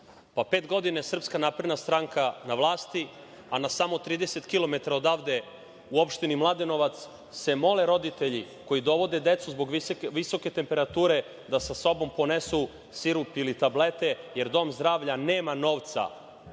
Pet godina je SNS na vlasti, a na samo 30 kilometara odavde, u opštini Mladenovac, mole se roditelji koji dovode decu zbog visoke temperature da sa sobom ponesu sirup ili tablete, jer dom zdravlja nema novca